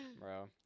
bro